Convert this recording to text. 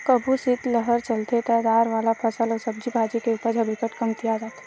कभू सीतलहर चलथे त दार वाला फसल अउ सब्जी भाजी के उपज ह बिकट कमतिया जाथे